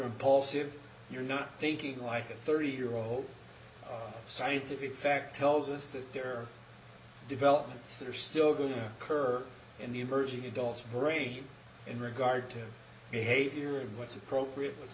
impulsive you're not thinking like a thirty year old scientific fact tells us that there are developments that are still going to occur in the emerging adults brain in regard to behavior and what's appropriate what's